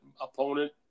opponent